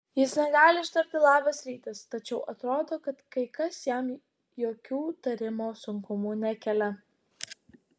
jis negali ištarti labas rytas tačiau atrodo kad kai kas jam jokių tarimo sunkumų nekelia